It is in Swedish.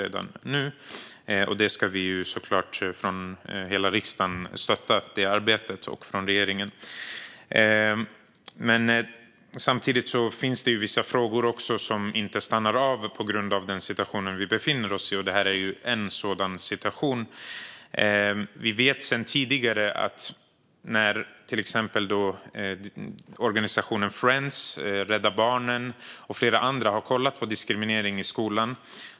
Det arbetet ska vi såklart stötta från hela riksdagen och regeringen. Samtidigt finns det vissa frågor som inte stannar av på grund av den situation vi befinner oss i. Detta är en sådan fråga. Vi vet sedan tidigare att till exempel organisationen Friends, Rädda Barnen och flera andra har tittat på diskriminering i skolan.